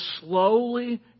slowly